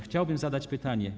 Chciałbym zadać pytanie.